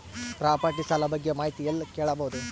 Property ಸಾಲ ಬಗ್ಗೆ ಮಾಹಿತಿ ಎಲ್ಲ ಕೇಳಬಹುದು?